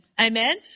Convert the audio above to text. Amen